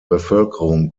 bevölkerung